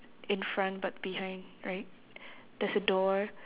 in front but behind right there's a door